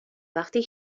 وقتی